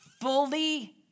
fully